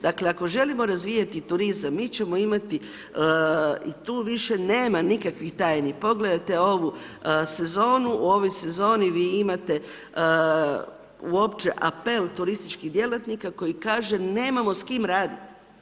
Dakle ako želimo razvijati turizam, mi ćemo imati i tu više nema nikakvih tajni, pogledajte ovu sezonu, u ovoj sezoni vi imate uopće apel turističkih djelatnika koji kažu nemamo s kime raditi.